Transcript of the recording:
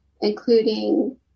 including